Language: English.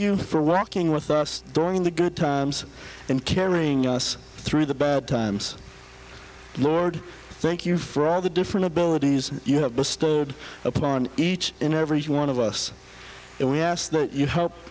you for rocking with us during the good times and carrying us through the bad times lord thank you for all the different abilities you have bestowed upon each and every one of us and we ask you help